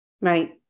right